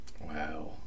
Wow